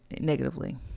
negatively